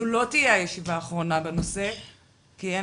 זו לא תהיה הישיבה האחרונה בנושא כי אין